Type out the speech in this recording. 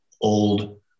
old